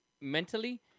mentally